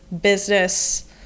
business